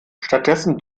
stattdessen